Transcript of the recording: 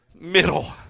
middle